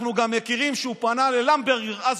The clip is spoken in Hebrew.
אנחנו גם יודעים שהוא פנה ללמברגר אז,